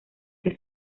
que